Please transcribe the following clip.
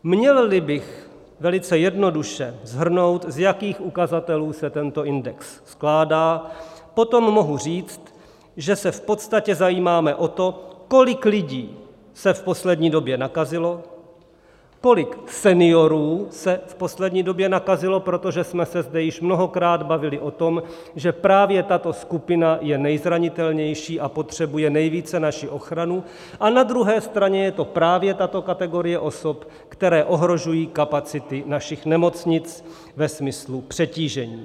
Mělli bych velice jednoduše shrnout, z jakých ukazatelů se tento index skládá, potom mohu říct, že se v podstatě zajímáme o to, kolik lidí se v poslední době nakazilo, kolik seniorů se v poslední době nakazilo, protože jsme se zde již mnohokrát bavili o tom, že právě tato skupina je nejzranitelnější a potřebuje nejvíce naši ochranu, a na druhé straně je to právě tato kategorie osob, která ohrožuje kapacity našich nemocnic ve smyslu přetížení.